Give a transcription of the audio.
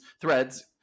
threads